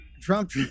Trump